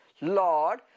Lord